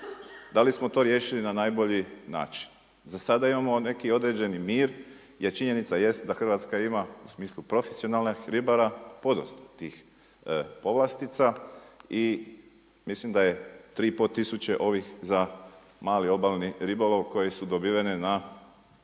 Da li smo to riješili na najbolji način? Za sada imamo neki određeni mir jer činjenica jest da Hrvatska ima u smislu profesionalnih ribara podosta tih povlastica i mislim da je 3,5 tisuće za mali obalni ribolov koje su dobivene na